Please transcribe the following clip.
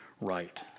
right